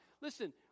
Listen